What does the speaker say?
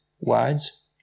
words